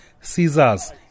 scissors